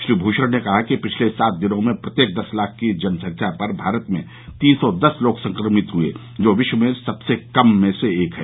श्री भूषण ने कहा कि पिछले सात दिन में प्रत्येक दस लाख की जनसंख्या पर भारत में तीन सौ दस लोग संक्रमित हुए जो विश्व में सबसे कम में से एक है